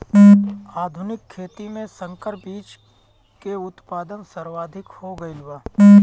आधुनिक खेती में संकर बीज के उत्पादन सर्वाधिक हो गईल बा